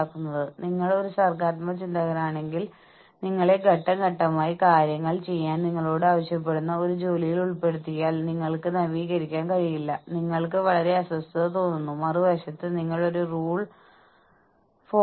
അതിനാൽ ജീവനക്കാരുടെ സ്റ്റോക്ക് ഉടമസ്ഥത പ്ലാനിൽ ഓർഗനൈസേഷനിൽ നിന്നുള്ള ഒരു പ്രധാന സംഭാവന ഉൾപ്പെടുന്നു അതിൽ ജീവനക്കാരുടെ ഉടമസ്ഥതയോടുള്ള മാനേജ്മെന്റിന്റെ പ്രതിബദ്ധതയും ഉൾപ്പെടുന്നു